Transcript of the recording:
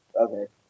Okay